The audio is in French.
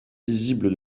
visibles